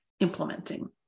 implementing